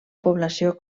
població